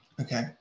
okay